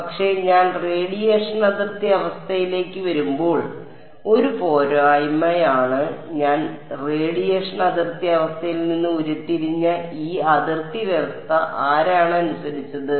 പക്ഷേ ഞാൻ റേഡിയേഷൻ അതിർത്തി അവസ്ഥയിലേക്ക് വരുമ്പോൾ ഒരു പോരായ്മയാണ് ഞാൻ റേഡിയേഷൻ അതിർത്തി അവസ്ഥയിൽ നിന്ന് ഉരുത്തിരിഞ്ഞ ഈ അതിർത്തി വ്യവസ്ഥ ആരാണ് അനുസരിച്ചത്